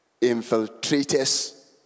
infiltrators